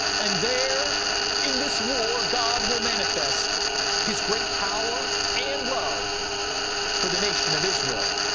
and there in this war god will manifest his great power and love for the nation of israel.